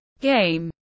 game